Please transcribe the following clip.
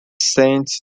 saint